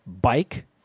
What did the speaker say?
bike